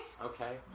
Okay